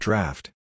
Draft